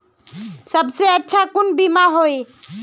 सबसे अच्छा कुन बिमा होय?